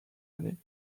années